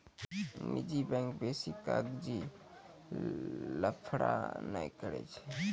निजी बैंक बेसी कागजी लफड़ा नै करै छै